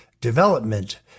development